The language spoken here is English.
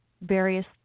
various